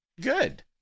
good